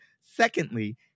Secondly